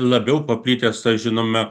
labiau paplitę tas žinome